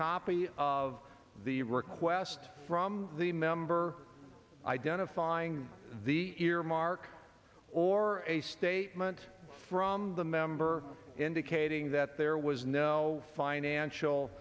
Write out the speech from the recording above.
copy of the request from the member identifying the earmark or a statement from the member indicating that there was no